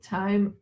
time